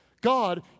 God